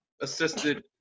assisted